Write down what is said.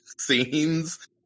scenes